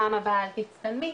פעם הבאה אל תצטלמי,